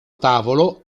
tavolo